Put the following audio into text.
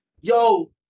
Yo